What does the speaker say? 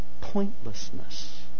pointlessness